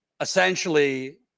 essentially